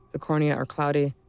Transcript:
the cornea are cloudy,